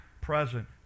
present